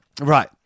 Right